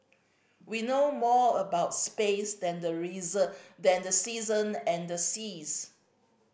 we know more about space than the reason than the season and the seas